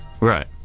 right